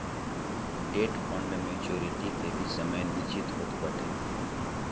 debt fund maturity के भी समय निश्चित होत बाटे